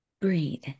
breathe